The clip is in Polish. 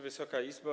Wysoka Izbo!